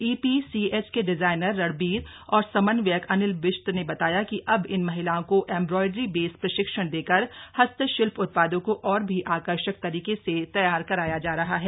EPCH के designer Ranbir और समन्वयक अनिल बिष्ट ने बताया कि अब इन महिलाओं को एंब्रॉइडरी बेस प्रशिक्षण देकर हस्तशिल्प उत्पादों को और भी आकर्षक तरीके से तैयार कराया जा रहा है